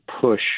push